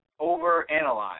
Overanalyze